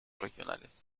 regionales